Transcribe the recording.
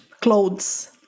clothes